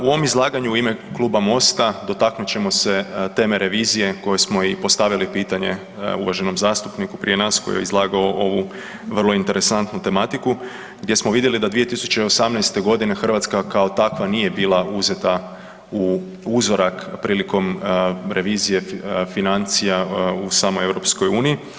U ovom izlaganju ime Kluba MOST-a dotaknut ćemo se teme revizije koje smo i postavili pitanje uvaženom zastupniku prije nas koji je izlagao ovu vrlo interesantnu tematiku gdje smo vidjeli da 2018. godine Hrvatska kao takva nije bila uzeta u uzorak prilikom revizije financija u samoj EU.